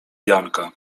janka